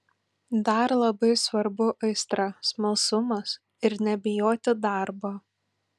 dar labai svarbu aistra smalsumas ir nebijoti darbo